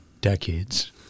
decades